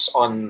on